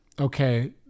okay